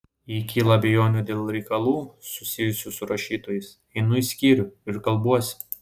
jei kyla abejonių dėl reikalų susijusių su rašytojais einu į skyrių ir kalbuosi